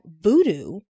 voodoo